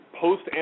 post